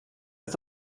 ist